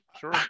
Sure